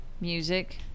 music